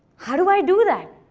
how do i do that?